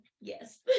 yes